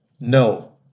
No